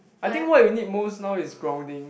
I think what you need most now is grounding